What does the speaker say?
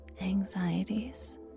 anxieties